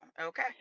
okay